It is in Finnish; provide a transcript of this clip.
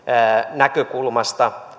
näkökulmasta